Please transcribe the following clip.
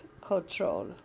control